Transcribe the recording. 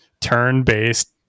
turn-based